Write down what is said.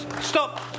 Stop